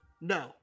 no